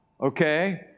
okay